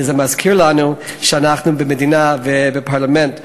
וזה מזכיר לנו שאנחנו במדינה ובפרלמנט יהודיים.